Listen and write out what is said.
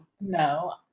No